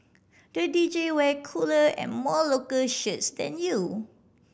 the D J wear cooler and more local shirts than you